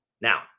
Now